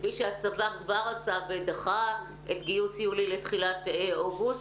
כפי שהצבא כבר עשה ודחה את גיוס יולי לתחילת אוגוסט,